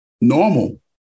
normal